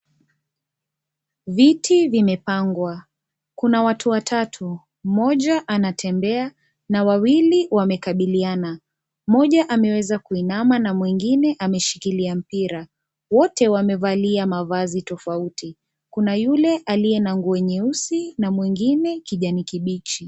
Viti vimepangwa, kuna watu watatu mmoja anatembea na wawili wamekabiliana, mmoja ameweza kuinama na mwingine ameshikilia mpira, wote wamevalia mavazi tofauti, kuna yule aliye na nguo nyeusi na mwingine kijani kibichi.